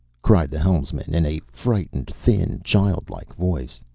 cried the helmsman in a frightened, thin, childlike voice.